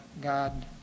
God